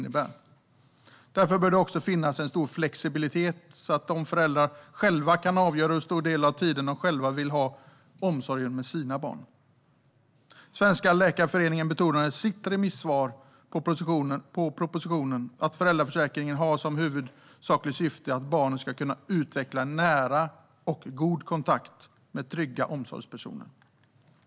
Därför bör det också finnas en stor flexibilitet, så att föräldrarna själva kan avgöra hur stor del av tiden de själva vill ha omsorgen om sina barn. Svenska Barnläkarföreningen betonar i sitt remissvar på propositionen att föräldraförsäkringen har som huvudsakligt syfte att barn ska kunna utveckla en nära och god kontakt med trygga omsorgspersoner.